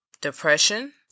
depression